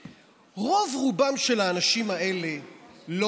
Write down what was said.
רוב-רובם של האנשים האלה לא